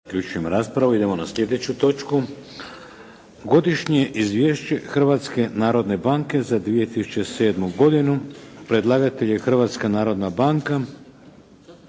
Vladimir (HDZ)** Idemo na sljedeću točku - Godišnje izvješće Hrvatske narodne banke za 2007. godinu. Predlagatelj: Hrvatska narodna banka